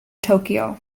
tokyo